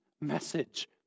message